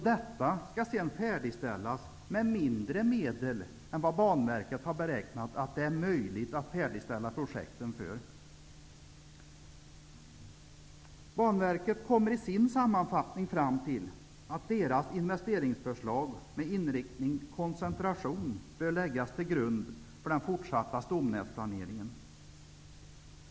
Detta skall sedan färdigställas med mindre medel än vad Banverket har beräknat att det är möjligt att färdigställa projekten för. Banverket kommer i sin sammanfattning fram till att dess investeringsförslag med inriktning ''Koncentration'' bör läggas till grund för den fortsatta stomnätsplaneringen.